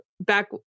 back